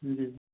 जी